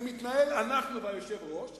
זה מתנהל, אנחנו והיושב-ראש וזהו.